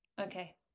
Okay